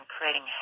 creating